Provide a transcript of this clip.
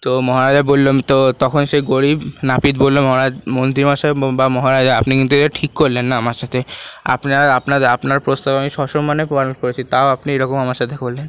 তো মহারাজা বললো তো তখন সে গরীব নাপিত বললো মন্ত্রীমশাই বা মহারাজ আপনি কিন্তু এটা ঠিক করলেন না আমার সাথে আপনার আপনার আপনার প্রস্তাব আমি সসম্মানে পালন করেছি তাও আপনি এইরকম আমার সাথে করলেন